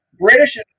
British